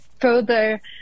further